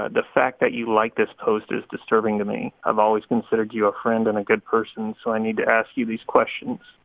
and the fact that you like this post is disturbing to me. i've always considered you a friend and a good person, so i need to ask you these questions.